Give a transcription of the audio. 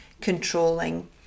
controlling